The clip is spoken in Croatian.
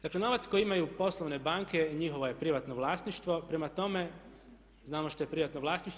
Dakle, novac koji imaju poslovne banke njihovo je privatno vlasništvo, prema tome znamo što je privatno vlasništvo.